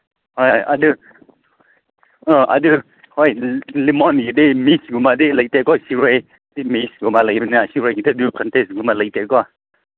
ꯍꯣꯏ ꯑꯗꯨ ꯑ ꯑꯗꯨ ꯍꯣꯏ ꯂꯤꯃꯣꯟꯒꯤꯗꯤ ꯃꯤꯁꯒꯨꯝꯕꯗꯤ ꯂꯩꯇꯦꯀꯣ ꯁꯤꯔꯣꯏꯒꯤ ꯃꯤꯁꯒꯨꯝꯕ ꯂꯩꯗꯅ ꯁꯤꯔꯣꯏꯒꯤꯗ ꯑꯗꯨ ꯀꯟꯇꯦꯁꯀꯨꯝꯕ ꯂꯩꯇꯦꯀꯣ